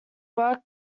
work